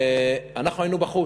ואנחנו היינו בחוץ.